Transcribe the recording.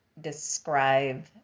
describe